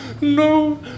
no